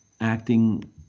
acting